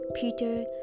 Peter